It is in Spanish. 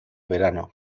verano